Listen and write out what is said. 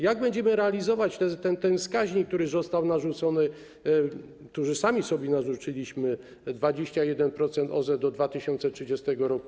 Jak będziemy realizować ten wskaźnik, który został narzucony, którzy sami sobie narzuciliśmy - 21% OZE do 2030 r.